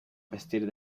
vestir